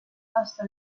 hasta